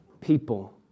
people